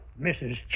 Mrs